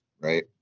right